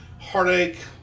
heartache